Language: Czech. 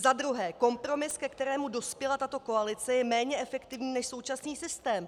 Za druhé: Kompromis, ke kterému dospěla tato koalice, je méně efektivní než současný systém.